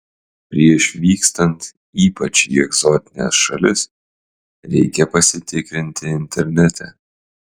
prieš vykstant ypač į egzotines šalis reikia pasitikrinti internete